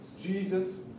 Jesus